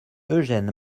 eugène